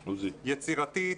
יצירתית,